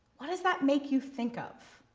what does that make you think of?